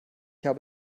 habe